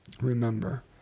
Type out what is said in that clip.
remember